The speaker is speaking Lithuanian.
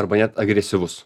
arba net agresyvus